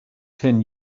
ten